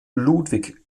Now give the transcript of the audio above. ludwig